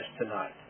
tonight